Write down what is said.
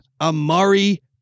amari